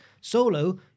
Solo